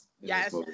Yes